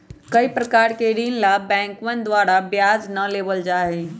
कई प्रकार के ऋण ला बैंकवन द्वारा ब्याज ना लेबल जाहई